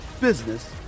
business